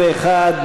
41,